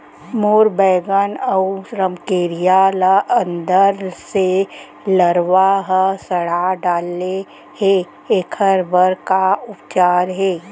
मोर बैगन अऊ रमकेरिया ल अंदर से लरवा ह सड़ा डाले हे, एखर बर का उपचार हे?